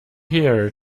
hear